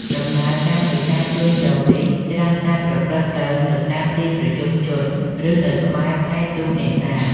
ដំណើរការនៃការជួញដូរនេះច្រើនតែប្រព្រឹត្តទៅនៅតាមទីប្រជុំជន ឬនៅក្បែរផែទូកនេសាទ។